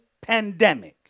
pandemic